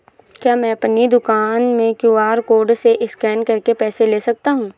क्या मैं अपनी दुकान में क्यू.आर कोड से स्कैन करके पैसे ले सकता हूँ?